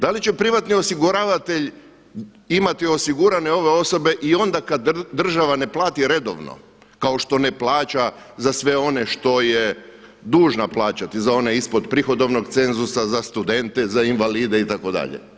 Da li će privatni osiguravatelj imati osigurane ove osobe i onda kad država ne plati redovno kao što ne plaća za sve one što je dužna plaćati, za one ispod prihodovnog cenzusa, za studente, za invalide itd.